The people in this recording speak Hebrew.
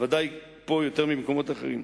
בוודאי פה יותר מבמקומות אחרים.